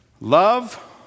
Love